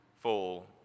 full